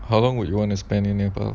how long would you want to spend in nepal